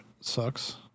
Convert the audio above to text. sucks